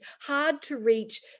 hard-to-reach